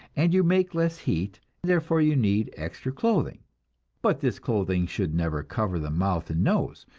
and you make less heat, therefore you need extra clothing but this clothing should never cover the mouth and nose,